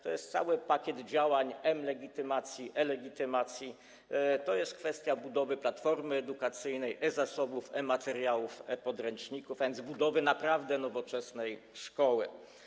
To jest cały pakiet działań: mLegitymacji, e-legitymacji, to jest kwestia budowy platformy edukacyjnej, e-zasobów, e-materiałów, e-podręczników, a więc budowy naprawdę nowoczesnej szkoły.